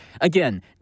Again